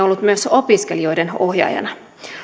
ollut myös opiskelijoiden ohjaajana